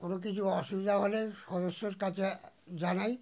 কোনো কিছু অসুবিধা হলে সদস্যের কাছে জানাই